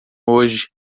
hoje